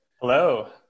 Hello